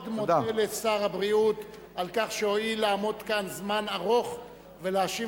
אני מאוד מודה לשר הבריאות על כך שהואיל לעמוד כאן זמן ארוך ולהשיב